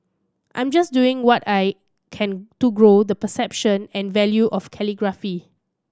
I'm just doing what I can to grow the perception and value of calligraphy